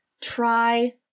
try